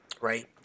right